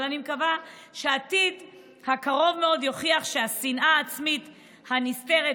אבל אני מקווה שהעתיד הקרוב מאוד יוכיח שהשנאה העצמית הנסתרת,